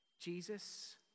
Jesus